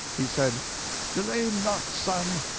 he said delay not, son,